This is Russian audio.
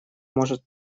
может